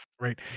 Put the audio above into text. right